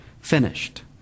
Finished